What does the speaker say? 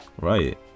Right